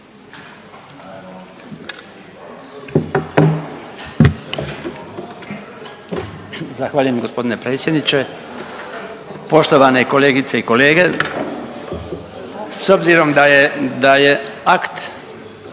Zahvaljujem gospodine predsjedniče. Poštovane kolegice i kolege, s obzirom da je,